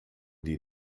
die